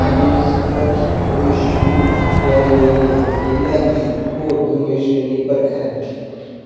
thermos पर कोई छूट की नेईं ऐ जेल्लै के होर दूइयें श्रेणियें पर ऐ